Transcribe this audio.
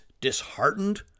disheartened